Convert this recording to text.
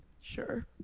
Sure